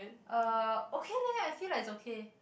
uh okay leh I feel like it's okay